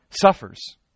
suffers